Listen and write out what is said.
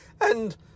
And